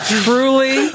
truly